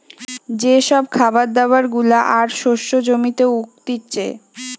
যে সব খাবার দাবার গুলা আর শস্য জমিতে উগতিচে